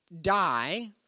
die